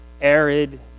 arid